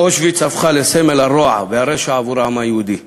אושוויץ הפכה לסמל הרוע והרשע עבור העם היהודי,